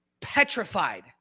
petrified